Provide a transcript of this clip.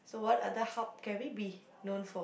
so what other hub can we be known for